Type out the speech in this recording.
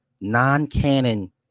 non-canon